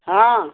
हाँ